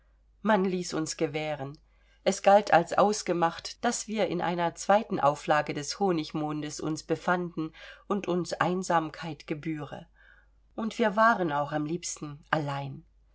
man ließ uns gewähren es galt als ausgemacht daß wir in einer zweiten auflage des honigmondes uns befanden und uns einsamkeit gebühre und wir waren auch am liebsten allein